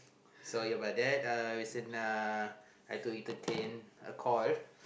sorry about that uh it's in a uh I told you to take a call